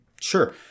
Sure